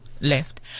left